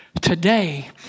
Today